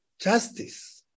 justice